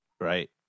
Right